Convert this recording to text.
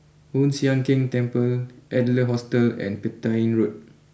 Hoon Sian Keng Temple Adler Hostel and Petain Road